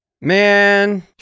Man